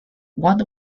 one